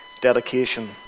dedication